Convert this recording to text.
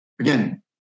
Again